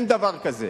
אין דבר כזה.